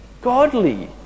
godly